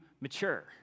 mature